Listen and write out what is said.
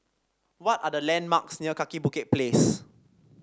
what are the landmarks near Kaki Bukit Place